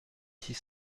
six